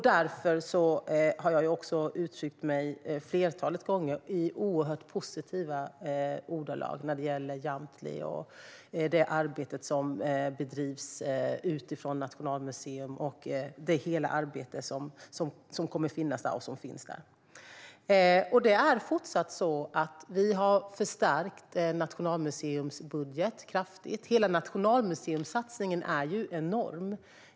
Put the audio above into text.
Därför har jag flertalet gånger uttryckt mig i oerhört positiva ordalag när det gäller Jamtli och hela det arbete som bedrivs där och på Nationalmuseum. Vi har förstärkt Nationalmuseums budget kraftigt; hela Nationalmuseumsatsningen är enorm.